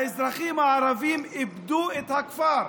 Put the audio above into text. האזרחים הערבים איבדו את הכפר,